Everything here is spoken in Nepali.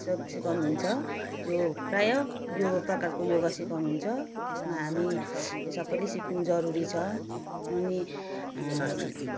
सब सिकाउनु हुन्छ यो प्रायः यो प्रकारको योगा सिकाउनु हुन्छ यसमा हामी सबैले सिक्नु जरुरी छ अनि